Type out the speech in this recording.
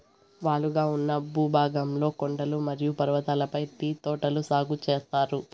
వాలుగా ఉన్న భూభాగంలో కొండలు మరియు పర్వతాలపై టీ తోటలు సాగు చేత్తారు